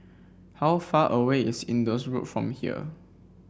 how far away is Indus Road from here